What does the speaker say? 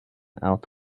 out